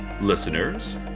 Listeners